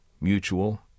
mutual